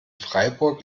freiburg